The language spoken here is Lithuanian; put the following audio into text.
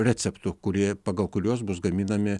receptų kurie pagal kuriuos bus gaminami